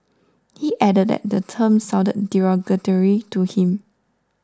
he added that the term sounded derogatory to him